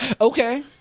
Okay